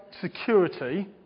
security